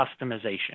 customization